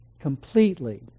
completely